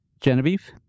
Genevieve